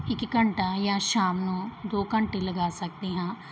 ਇੱਕ ਘੰਟਾ ਜਾਂ ਸ਼ਾਮ ਨੂੰ ਦੋ ਘੰਟੇ ਲਗਾ ਸਕਦੇ ਹਾਂ